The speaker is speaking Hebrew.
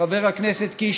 חבר הכנסת קיש,